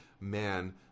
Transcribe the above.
man